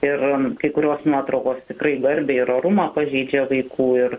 ir kai kurios nuotraukos tikrai garbę ir orumą pažeidžia vaikų ir